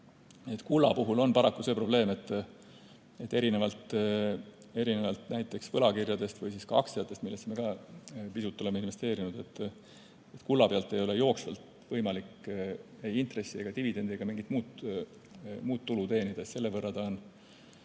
Kulla puhul on paraku see probleem, et erinevalt näiteks võlakirjadest või aktsiatest, millesse me ka pisut oleme investeerinud, kulla pealt ei ole jooksvalt võimalik ei intresse, dividende ega mingit muud tulu teenida. Selle võrra on